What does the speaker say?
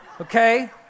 Okay